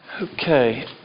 Okay